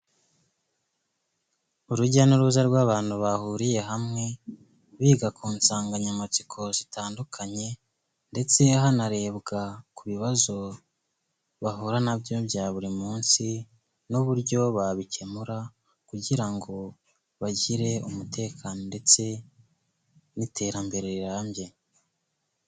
Urujya n'uruza rw'abantu bahuriye hamwe, biga ku nsanganyamatsiko zitandukanye, ndetse hanarebwa ku bibazo bahura nabyo bya buri munsi, n'uburyo babikemura, kugira ngo bagire umutekano ndetse n'iterambere rirambye.